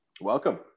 Welcome